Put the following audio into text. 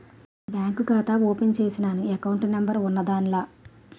bank ఖాతా open చేసినాను account number ఉన్నాద్దాన్ల